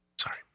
Sorry